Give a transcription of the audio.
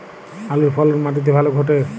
আলুর ফলন মাটি তে ভালো ঘটে?